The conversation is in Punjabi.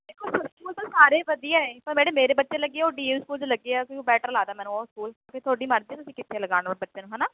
ਦੇਖੋ ਸਕੂਲ ਤਾਂ ਸਾਰੇ ਵਧੀਆ ਹੈ ਪਰ ਜਿਹੜੇ ਮੇਰੇ ਬੱਚੇ ਲੱਗੇ ਉਹ ਡੀ ਏ ਵੀ ਸਕੂਲ 'ਚ ਲੱਗੇ ਆ ਵੀ ਉਹ ਬੈਟਰ ਲੱਗਦਾ ਮੈਨੂੰ ਉਹ ਸਕੂਲ ਅੱਗੇ ਤੁਹਾਡੀ ਮਰਜ਼ੀ ਤੁਸੀਂ ਕਿੱਥੇ ਲਗਾਉਣਾ ਵਾ ਬੱਚਿਆਂ ਨੂੰ ਹੈ ਨਾ